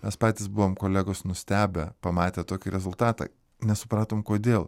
mes patys buvom kolegos nustebę pamatę tokį rezultatą nesupratom kodėl